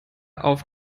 auf